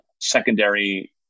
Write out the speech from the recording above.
secondary